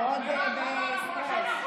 דואג לי לשקט במליאה?